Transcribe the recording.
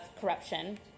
corruption